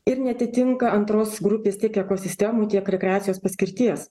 ir neatitinka antros grupės tiek ekosistemų tiek rekreacijos paskirties